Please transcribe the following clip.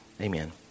Amen